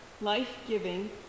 life-giving